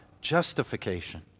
justification